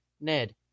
Ned